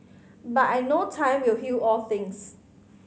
but I know time will heal all things